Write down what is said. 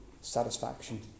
satisfaction